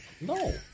No